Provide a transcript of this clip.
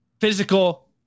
physical